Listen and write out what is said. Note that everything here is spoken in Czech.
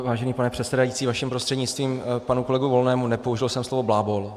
Vážený pane předsedající, vaším prostřednictvím k panu kolegovi Volnému, nepoužil jsem slovo blábol.